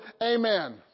Amen